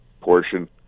portion